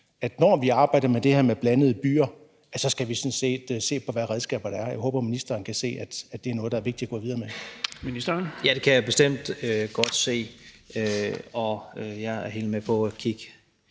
at når vi arbejder med det her med blandede byer, skal vi sådan set se på, hvad redskaberne er. Jeg håber, ministeren kan se, at det er noget, der er vigtigt at gå videre med. Kl. 17:26 Den fg. formand (Erling